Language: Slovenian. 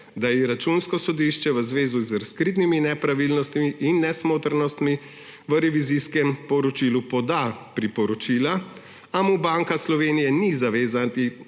da Računsko sodišče v zvezi z razkritimi nepravilnostmi in nesmotrnostmi v revizijskem poročilu poda priporočila, a mu Banka Slovenije ni zavezana